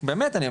באמת אני אומר,